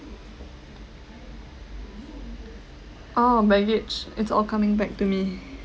oh maggage it's all coming back to me